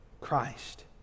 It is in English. Christ